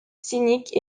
cynique